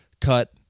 cut